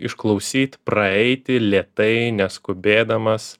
išklausyt praeiti lėtai neskubėdamas